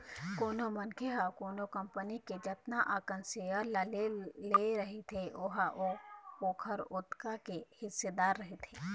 कोनो मनखे ह कोनो कंपनी के जतना अकन सेयर ल ले रहिथे ओहा ओखर ओतका के हिस्सेदार रहिथे